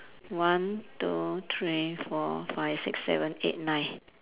one two three four five six seven eight nine